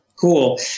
Cool